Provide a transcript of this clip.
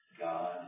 God